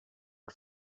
het